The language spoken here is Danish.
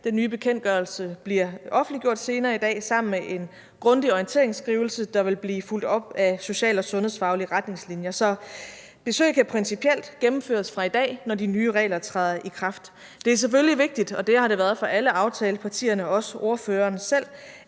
Den nye bekendtgørelse bliver offentliggjort senere i dag sammen med en grundig orienteringsskrivelse, der vil blive fulgt op af social- og sundhedsfaglige retningslinjer. Så besøg kan principielt gennemføres fra i dag, når de nye regler træder i kraft. Det er selvfølgelig vigtigt, og det har det været for alle aftalepartierne, også spørgeren selv,